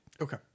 Okay